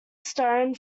stone